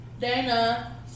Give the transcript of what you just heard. Dana